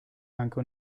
anche